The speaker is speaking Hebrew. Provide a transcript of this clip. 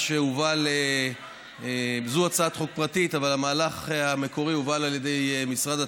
הצעת החוק התקבלה בקריאה